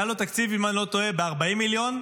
שהיה לו תקציב של 40 מיליון,